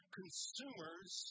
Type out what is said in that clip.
consumers